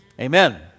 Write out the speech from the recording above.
Amen